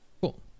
Cool